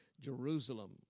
Jerusalem